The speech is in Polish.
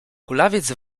kulawiec